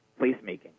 placemaking